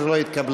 18 לא התקבלה.